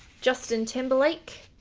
justin timberlake,